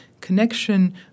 connection